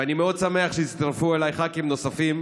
ואני שמח מאוד שהצטרפו אליי ח"כים נוספים,